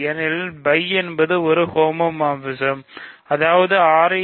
ஏனெனில் φ என்பது ஒரு ஹோமோமார்பிசம் அதாவது ra என்பது